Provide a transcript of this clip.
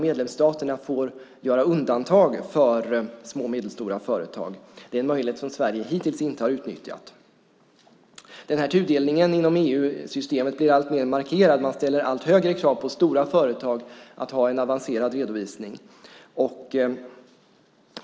Medlemsstaterna får göra undantag för små och medelstora företag. Det är en möjlighet som Sverige hittills inte har utnyttjat. Den här tudelningen inom EU-systemet blir alltmer markerad. Man ställer allt högre krav på stora företag att ha en avancerad redovisning.